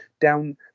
down